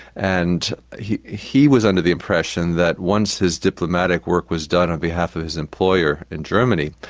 and he he was under the impression that once his diplomatic work was done on behalf of his employer in germany,